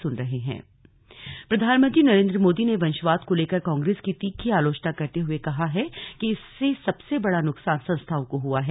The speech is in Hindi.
स्लग आरोप प्रत्यारोप प्रधानमंत्री नरेन्द्र मोदी ने वंशवाद को लेकर कांग्रेस की तीखी आलोचना करते हुए कहा है कि इससे सबसे बड़ा नुकसान संस्थाओं को हुआ है